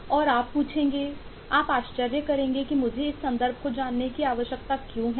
और आप पूछेंगे आप आश्चर्य करेंगे कि मुझे इस संदर्भ को जानने की आवश्यकता क्यों है